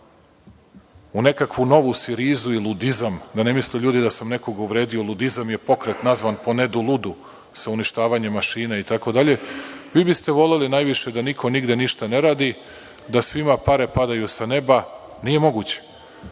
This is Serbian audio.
u nekakvu novu sirizu i ludizam. Da ne misle ljudi da sam nekoga uvredio, ludizam je pokret nazvan po Nedu Ludu sa uništavanjem mašina itd. Vi biste voleli najviše da niko nigde ništa ne radi, da svima pare padaju sa neba. Nije moguće.